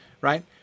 right